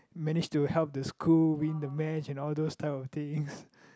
manage to help the school win the match and all those type of things